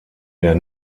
der